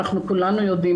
אנחנו כולנו יודעים,